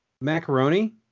macaroni